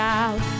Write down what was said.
out